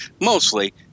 mostly